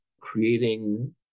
creating